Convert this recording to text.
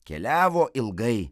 keliavo ilgai